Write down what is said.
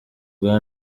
bwa